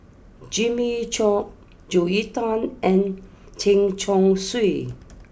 Jimmy Chok Joel Tan and Chen Chong Swee